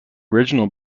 original